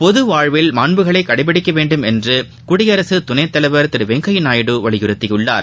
பொது வாழ்வில் மாண்புகளை கடைபிடிக்க வேண்டும் என்று குடியரசு துணை தலைவர் திரு வெங்கையா நாயுடு வலியுறுத்தியுள்ளார்